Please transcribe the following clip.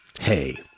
Hey